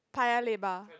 Paya-Lebar